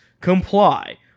comply